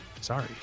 Sorry